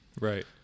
Right